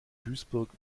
duisburg